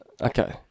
Okay